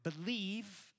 believe